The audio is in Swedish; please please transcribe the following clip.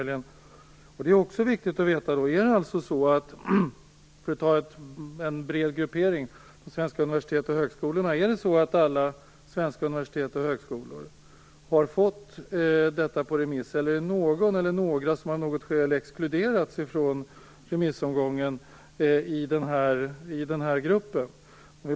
Då är det också viktigt att veta om alla vid de svenska universiteten och tekniska högskolorna, för att ta en bred gruppering, har fått detta på remiss eller om det är någon eller några som har exkluderats från remissomgången.